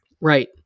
Right